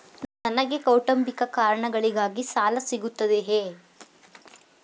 ನನಗೆ ಕೌಟುಂಬಿಕ ಕಾರಣಗಳಿಗಾಗಿ ಸಾಲ ಸಿಗುತ್ತದೆಯೇ?